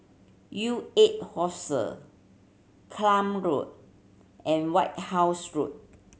U eight Klang Road and White House Road